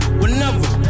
whenever